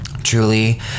Truly